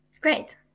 Great